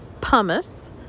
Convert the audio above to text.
Pumice